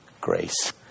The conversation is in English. Grace